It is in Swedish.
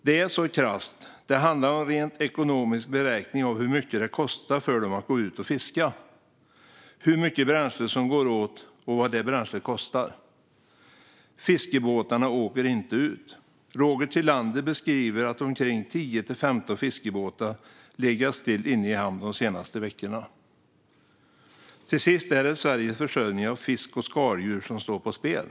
Det handlar krasst om en rent ekonomisk beräkning av hur mycket det kostar för fiskarna att gå ut och fiska, hur mycket bränsle som går åt och vad bränslet kostar. Fiskebåtarna åker inte ut. Roger Thilander beskriver att omkring 10-15 fiskebåtar har legat stilla i hamn de senaste veckorna. Till sist är det Sveriges försörjning av fisk och skaldjur som står på spel.